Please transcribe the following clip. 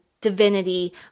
divinity